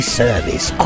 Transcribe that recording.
service